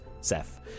Seth